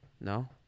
No